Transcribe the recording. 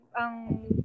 ang